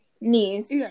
Knees